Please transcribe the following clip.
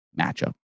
matchup